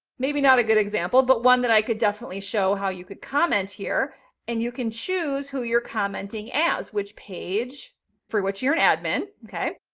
maybe not a good example, but one that i could definitely show how you could comment here and you can choose who you're commenting as, which page for which you're an admin. okay.